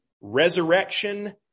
resurrection